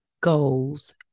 goals